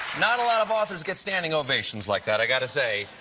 not a lot of authors get standing ovations like that, i've got to say.